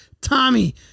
Tommy